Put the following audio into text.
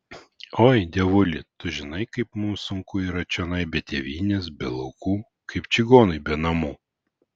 oi dievuli tu žinai kaip mums sunku yra čionai be tėvynės be laukų kaip čigonui be namų